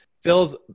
Phil's